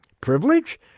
Privilege